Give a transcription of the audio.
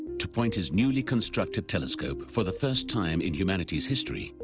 to point his newly-constructed telescope, for the first time in humanity's history,